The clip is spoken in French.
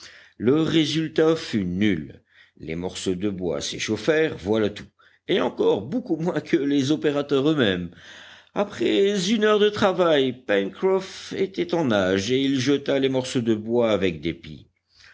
le résultat fut nul les morceaux de bois s'échauffèrent voilà tout et encore beaucoup moins que les opérateurs eux-mêmes après une heure de travail pencroff était en nage et il jeta les morceaux de bois avec